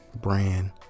brand